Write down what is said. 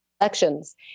elections